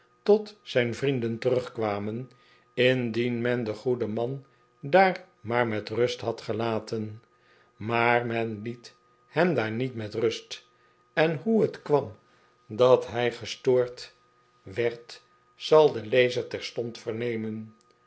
tot zijn vrienden terugkwamen indien men den goeden man daar maar met rust had gelaten maar men liet hem daar niet met rust en hoe het kwam dat hij gestoord wie zijt gij schobbejak zei de kapitein terwijl